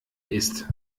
ist